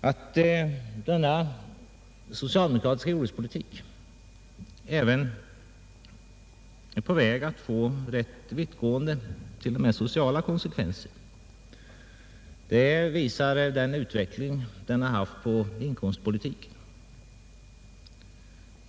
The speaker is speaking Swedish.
Att denna socialdemokratiska jordbrukspolitik även är på väg att få rätt vittgående t.o.m. sociala konsekvenser framgår av den återverkan den haft på inkomstförhållandena.